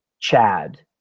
Chad